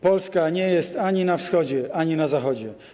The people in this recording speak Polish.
Polska nie jest ani na wschodzie, ani na zachodzie.